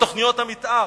בתוכניות המיתאר.